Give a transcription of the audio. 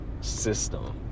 system